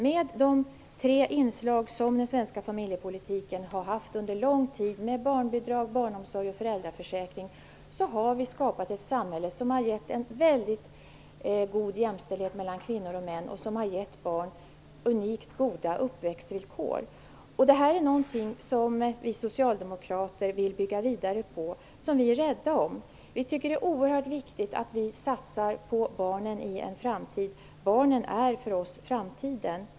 Med de tre inslag som den svenska familjepolitiken har haft under lång tid -- barnbidrag, barnomsorg och föräldraförsäkring -- har vi skapat ett samhälle med väldigt god jämställdhet mellan kvinnor och män och som har gett barn unikt goda uppväxtvillkor. Detta vill vi Socialdemokrater bygga vidare på och vara rädda om. Vi tycker att det är oerhört viktigt att satsa på barnen i en framtid -- barnen är för oss framtiden.